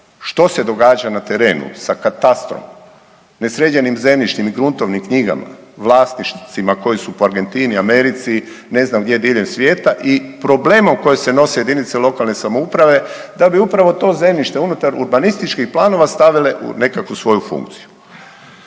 što se događa na terenu sa katastrom, nesređenim zemljišnim i gruntovnim knjigama, vlasnicima koji su po Argentini, Americi, ne znam gdje diljem svijeta i problema u kojoj se nose jedinice lokalne samouprave da bi upravo to zemljište unutar urbanističkih planova stavile u nekakvu svoju funkciju.